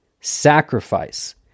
sacrifice